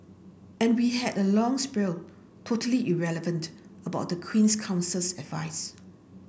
and we had a long spiel totally irrelevant about the Queen's Counsel's advice